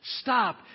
stop